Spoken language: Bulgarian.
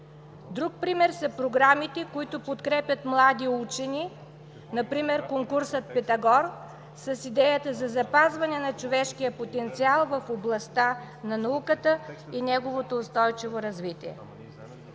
Друг пример са програмите, които подкрепят млади учени, например конкурсът „Питагор“, с идеята за запазване на човешкия потенциал в областта на науката и неговото устойчиво развитие.